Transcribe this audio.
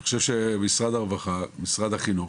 שמשרד הרווחה ומשרד החינוך,